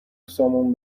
سامون